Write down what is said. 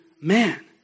man